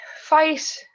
fight